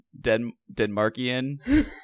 Denmarkian